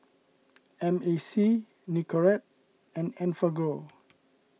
M A C Nicorette and Enfagrow